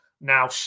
now